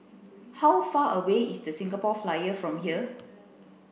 how far away is the Singapore Flyer from here